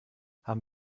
haben